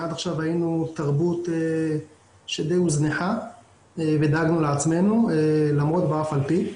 עד עכשיו היינו תרבות שדי הוזנחה ודאגנו לעצמנו למרות ואף על פי.